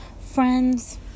Friends